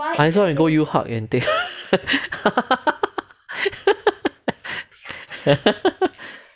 I also want go and take